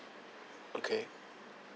okay